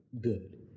good